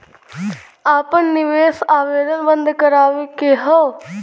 आपन निवेश आवेदन बन्द करावे के हौ?